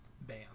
Bam